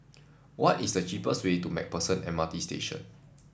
what is the cheapest way to MacPherson M R T Station